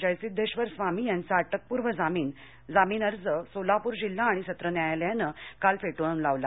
जयसिध्देश्वर स्वामी यांचा अटकपूर्व जामीन अर्ज सोलापूर जिल्हा आणि सत्र न्यायालयानं काल फेटाळून लावला